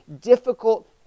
difficult